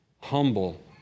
humble